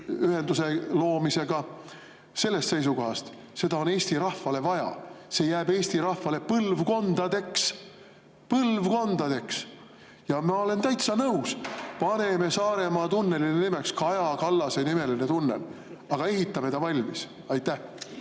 püsiühenduse loomisega –, sellest vaatevinklist, et neid on Eesti rahvale vaja. Need jäävad Eesti rahvale põlvkondadeks. Põlvkondadeks! Ja ma olen täitsa nõus: paneme Saaremaa tunnelile nimeks Kaja Kallase nimeline tunnel, aga ehitame ta valmis! Tänan!